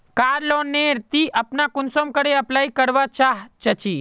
कार loan नेर ती अपना कुंसम करे अप्लाई करवा चाँ चची?